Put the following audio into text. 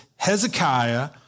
Hezekiah